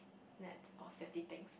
net or safety things